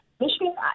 Michigan